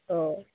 অঁ